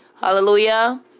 Hallelujah